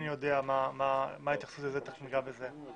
אני לא